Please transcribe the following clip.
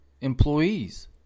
employees